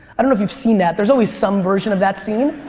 i don't know if you've seen that. there's always some version of that scene.